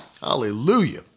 Hallelujah